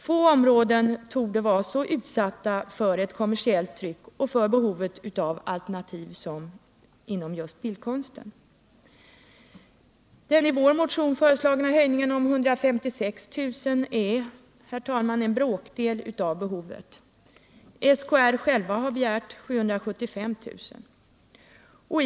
Få områden torde vara så utsatta för ett kommersiellt tryck och för behovet av alternativ som just bildkonstens område. Den i vår motion föreslagna höjningen om 156 000 kr. utöver regeringens förslag är, herr talman, en bråkdel av behovet. SKR har begärt 775 000 kr.